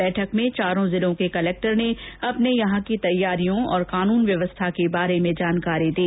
बैठक में चारों जिलों के कलेक्टर ने अपने यहां की तैयारियां और कानून व्यवस्था के बारे में जानकारी दी